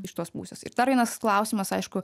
iš tos pusės ir dar vienas klausimas aišku